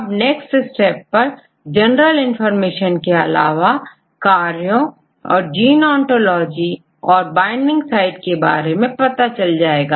अब अगले चरण में सामान्य जानकारी के अलावा कार्यों और जीन ओंटोलॉजी और बाइंडिंग साइट के बारे में पता चल जाएगा